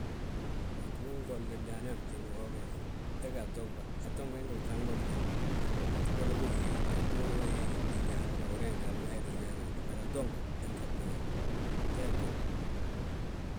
Híŧi ma ngolli ndaani a fnjiŋni foofe, he ga atonɓa, antonɓa he ngi ŧag mo bñaŋ. Bigolla bógi gandi ureŋ ma ngi hal ma, hee ttin yaana wil, bari atonɓa, he nŧag biñaŋ hee ngolu.